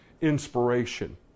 inspiration